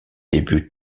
débuts